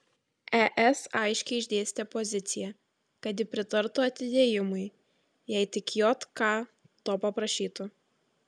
es aiškiai išdėstė poziciją kad ji pritartų atidėjimui jei tik jk to paprašytų